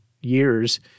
years